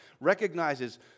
recognizes